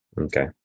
Okay